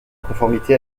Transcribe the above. conformité